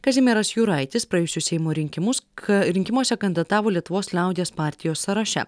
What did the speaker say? kazimieras juraitis praėjusius seimo rinkimus k rinkimuose kandidatavo lietuvos liaudies partijos sąraše